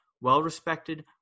Well-respected